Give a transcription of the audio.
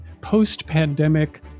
post-pandemic